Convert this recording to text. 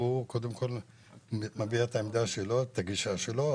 הוא מביע את העמדה שלו ואת הגישה שלו.